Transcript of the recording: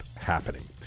happening